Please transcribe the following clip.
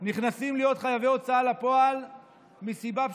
נכנסים להיות חייבי הוצאה לפועל מסיבה פשוטה,